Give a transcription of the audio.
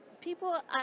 People